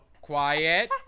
quiet